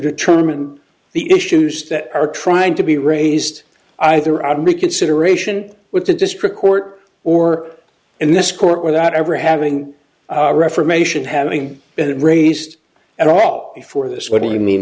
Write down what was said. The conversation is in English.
determine the issues that are trying to be raised either on reconsideration with the district court or in this court without ever having reformation having been raised at all before this what do you mean